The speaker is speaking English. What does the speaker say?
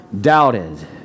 doubted